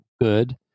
good